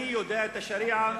אני מכיר את השריעה,